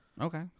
Okay